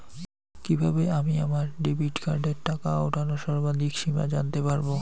কিভাবে আমি আমার ডেবিট কার্ডের টাকা ওঠানোর সর্বাধিক সীমা জানতে পারব?